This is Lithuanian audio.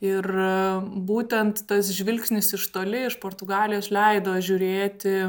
ir būtent tas žvilgsnis iš toli iš portugalijos leido žiūrėti